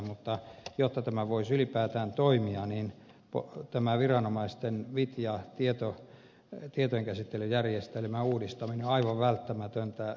mutta jotta tämä voisi ylipäätään toimia niin tämän viranomaisten vitja tietojenkäsittelyjärjestelmän uudistaminen on aivan välttämätöntä